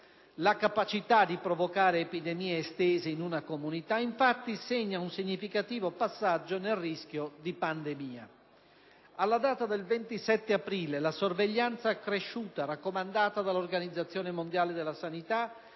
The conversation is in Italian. La capacità di provocare epidemie estese in una comunità, infatti, segna un significativo passaggio nel rischio di pandemia. Alla data del 27 aprile la sorveglianza accresciuta raccomandata dall'OMS ha portato ad